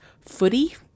footy